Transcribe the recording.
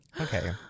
okay